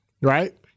Right